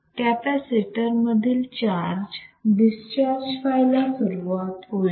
capacitor मधील charge discharge व्हायला सुरुवात होईल